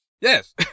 Yes